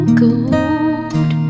gold